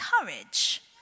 courage